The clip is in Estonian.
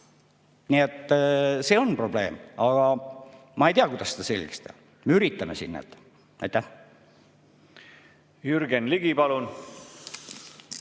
Nii et see on probleem. Aga ma ei tea, kuidas seda selgeks teha. Me üritame siin, näete. Jürgen Ligi, palun!